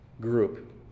group